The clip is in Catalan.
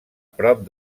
prop